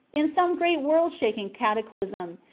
in some great world-shaking cataclysm,